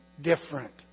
different